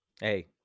Hey